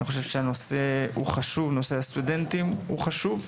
נושא הסטודנטים הוא חשוב,